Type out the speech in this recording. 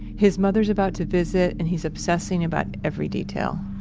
his mother is about to visit and he's obsessing about every detail.